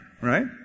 right